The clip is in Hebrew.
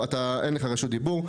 לך רשות דיבור.